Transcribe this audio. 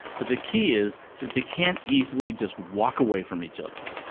but the key is that they can't easily just walk away from each other.